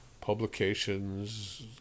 publications